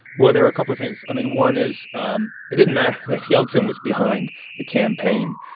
well, there were a couple of things. i mean, one is um it didn't matter that yeltsin was behind the campaign